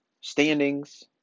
standings